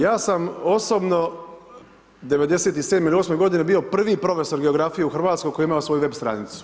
Ja sam osobno 97. ili 98. godine bio prvi profesor geografije u Hrvatskoj koji je imao svoju web stranicu.